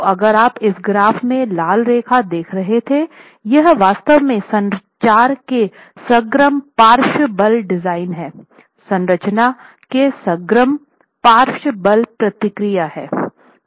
तो अगर आप इस ग्राफ में लाल रेखा देख रहे थे यह वास्तव में संरचना के समग्र पार्श्व बल डिजाइन हैं संरचना के समग्र पार्श्व बल प्रतिक्रिया हैं